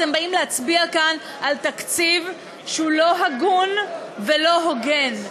אתם באים להצביע כאן על תקציב שהוא לא הגון ולא הוגן.